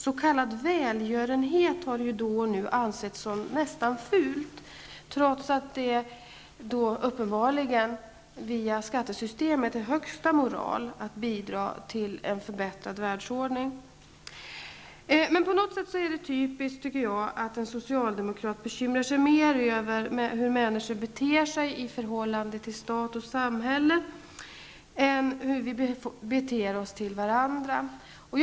S.k. välgörenhet har nu och då ansetts som något nästan fult, trots att det uppenbarligen via skattesystemet är högsta moral att bidra till en förbättrad världsordning. På något sätt är det typiskt att en socialdemokrat bekymrar sig mer över hur människor beter sig i förhållande till stat och samhälle än om hur vi beter oss i förhållande till varandra.